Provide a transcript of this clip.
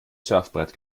surfbrett